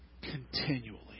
continually